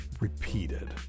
repeated